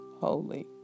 holy